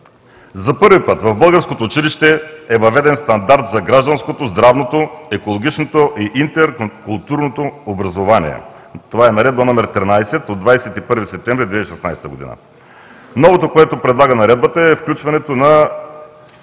За първи път в българското училище е въведен стандарт за гражданското, здравното, екологичното и интеркултурното образование. Това е Наредба № 13 от 21 септември 2016 г. Новото, което предлага Наредбата, е включването на